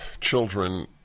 children